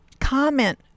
comment